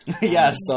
Yes